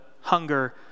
hunger